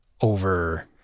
over